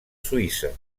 suïssa